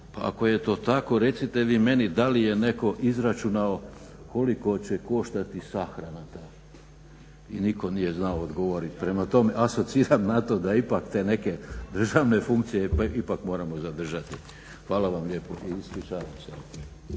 ako je to tako recite vi meni da li je netko izračunao koliko će koštati sahrana ta. I nitko nije znao odgovoriti. Prema tome, asociram na to da ipak te neke državne funkcije ipak moramo zadržati. Hvala vam lijepo i ispričavam se.